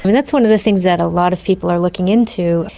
that's one of the things that a lot of people are looking into,